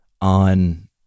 on